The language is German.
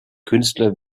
künstler